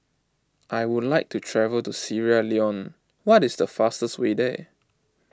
I would like to travel to Sierra Leone what is the fastest way there